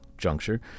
juncture